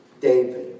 David